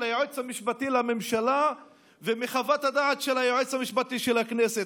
היועץ המשפטי לממשלה ומחוות הדעת של היועץ המשפטי של הכנסת?